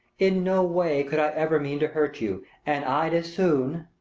in no way could i ever mean to hurt you, and i'd as soon.